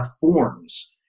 forms